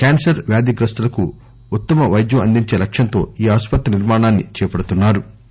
cancer వ్యాధిగ్రస్తులకు ఉత్తమ పైద్యం అందించే లక్ష్యంతోఈ ఆసుపత్రి నిర్మాణాన్ని చేపడుతున్నా రు